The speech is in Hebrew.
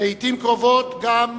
לעתים קרובות גם מקוטבות.